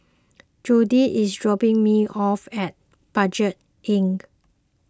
Jordi is dropping me off at Budget Inn